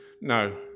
no